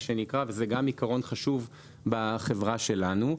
וזה גם עיקרון חשוב בחברה שלנו.